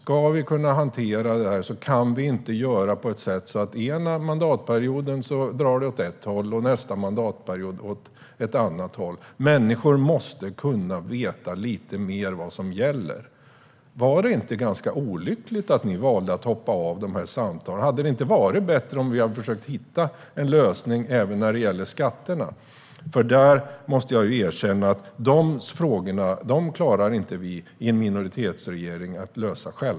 Ska vi kunna hantera det här kan vi inte göra det på ett sätt så att det den ena mandatperioden drar åt ett håll och den andra åt ett annat. Människor måste kunna veta vad som gäller. Var det inte ganska olyckligt att ni valde att hoppa av de här samtalen? Skulle det inte ha varit bättre om vi hade försökt hitta en lösning även när det gäller skatterna? Jag måste erkänna att vi inte klarar att lösa de frågorna själva i en minoritetsregering.